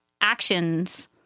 actions